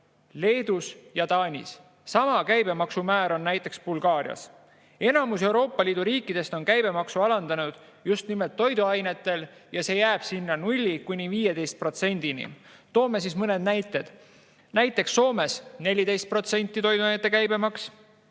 Leedus ja Taanis. Sama käibemaksumäär on näiteks Bulgaarias. Enamik Euroopa Liidu riike on käibemaksu alandanud just nimelt toiduainetel ja see jääb 0%-st 15%-ni. Toome mõned näited. Soomes on 14% toiduainete käibemaks,